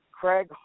Craig